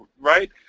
right